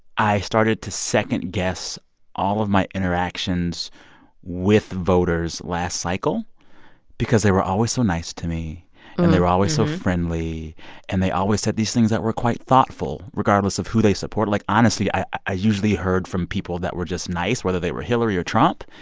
i started to second-guess all of my interactions with voters last cycle because they were always so nice to me and they were always so friendly and they always said these things that were quite thoughtful regardless of who they support. like, honestly, i i usually heard from people that were just nice, whether they were hillary or trump.